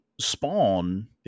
Spawn